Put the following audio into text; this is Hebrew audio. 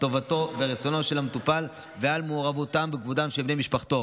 טובתו ורצונו של המטופל ועל מעורבותם וכבודם של בני משפחתו,